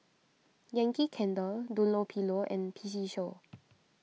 Yankee Candle Dunlopillo and P C Show